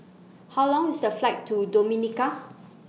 How Long IS The Flight to Dominica